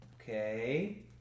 okay